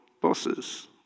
bosses